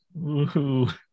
Woohoo